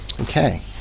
Okay